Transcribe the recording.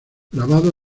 grabado